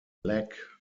black